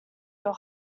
your